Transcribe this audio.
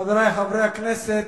חברי חברי הכנסת,